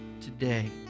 today